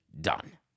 done